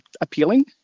appealing